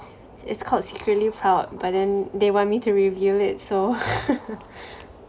it's called secretly proud but then they want me to reveal it so